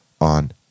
on